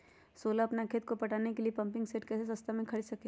सोलह अपना खेत को पटाने के लिए पम्पिंग सेट कैसे सस्ता मे खरीद सके?